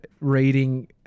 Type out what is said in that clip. reading